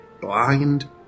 blind